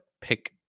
pick